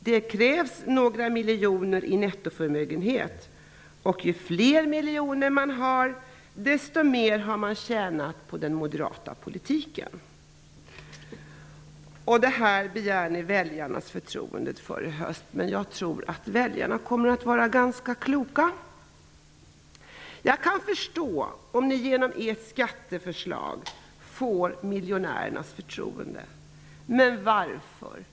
Det krävs några miljoner i nettoförmögenhet. Och ju fler miljoner man har, desto mer har man tjänat på den moderata politiken. Detta begär ni väljarnas förtroende för i höst. Men jag tror att väljarna kommer att vara ganska kloka. Om ni genom ert skatteförslag får miljonärernas förtroende, kan jag förstå det.